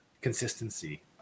consistency